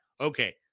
okay